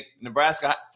Nebraska